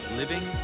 living